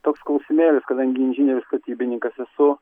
toks klausimėlis kadangi inžinierius statybininkas esu